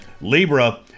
Libra